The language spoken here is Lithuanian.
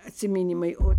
atsiminimai o